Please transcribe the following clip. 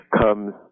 comes